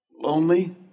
lonely